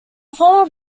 former